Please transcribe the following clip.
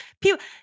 people